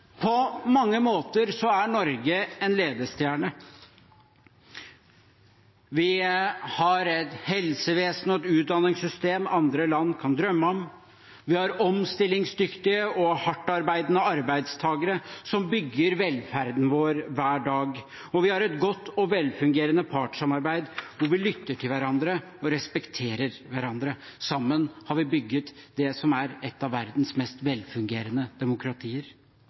På mange måter er Norge en ledestjerne. Vi har et helsevesen og et utdanningssystem andre land kan drømme om. Vi har omstillingsdyktige og hardtarbeidende arbeidstakere som bygger velferden vår hver dag, og vi har et godt og velfungerende partssamarbeid hvor vi lytter til hverandre og respekterer hverandre. Sammen har vi bygget det som er et av verdens mest velfungerende demokratier.